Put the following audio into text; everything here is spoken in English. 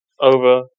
over